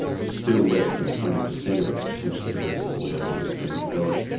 there's still less than twenty per cent of its potentially irrigable areas being developed,